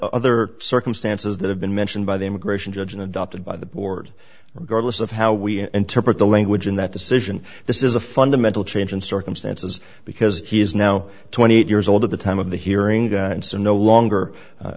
other circumstances that have been mentioned by the immigration judge and adopted by the board regardless of how we interpret the language in that decision this is a fundamental change in circumstances because he is now twenty eight years old at the time of the hearing and so no longer a